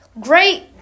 Great